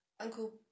Uncle